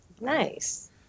Nice